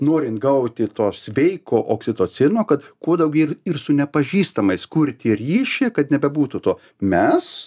norint gauti to sveiko oksitocino kad kuo daugiau ir su nepažįstamais kurti ryšį kad nebebūtų tuo mes